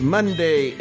Monday